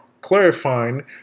clarifying